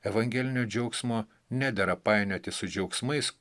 evangelinio džiaugsmo nedera painioti su džiaugsmais